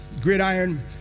gridiron